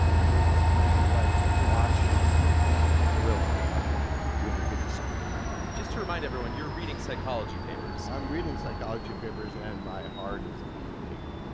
it's like watching a thriller on with the big screen and just to remind everyone, you're reading psychology papers i'm reading psychology papers, and my heart is beating.